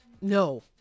No